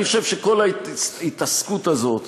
אני חושב שכל ההתעסקות הזאת